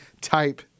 type